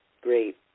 great